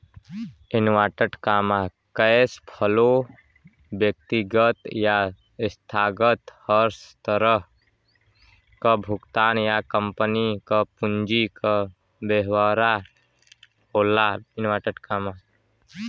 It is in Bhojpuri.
कैश फ्लो व्यक्तिगत या संस्थागत हर तरह क भुगतान या कम्पनी क पूंजी क ब्यौरा होला